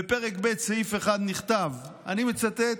בפרק ב', סעיף 1, נכתב, ואני מצטט,